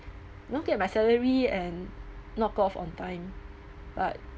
not get my salary and knock off on time but